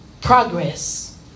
Progress